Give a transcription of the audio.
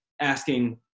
asking